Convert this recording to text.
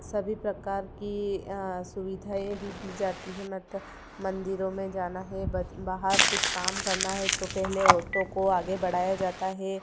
सभी प्रकार की सुविधाएँ भी दी जाती है मतलब मंदिरों में जाना है बाहर कुछ काम करना है तो पहले औरतों को आगे बढ़ाया जाता है